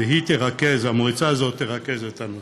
והיא תרכז, המועצה הזאת תרכז את הנושא.